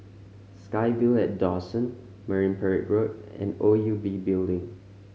SkyVille at Dawson Marine Parade Road and O U B Building